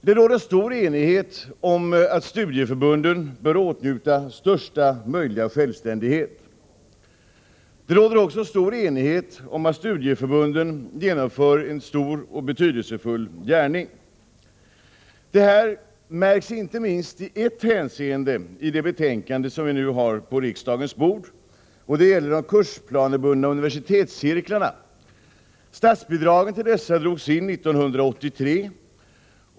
Det råder stor enighet om att studieförbunden bör åtnjuta största möjliga självständighet. Det råder också stor enighet om att studieförbunden genomför en stor och betydelsefull gärning. Detta märks inte minst i ett hänseende i det betänkande som vi nu har på riksdagens bord, och det gäller de kursplanebundna universitetscirklarna. Statsbidragen till dessa drogs in 1983.